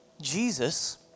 Jesus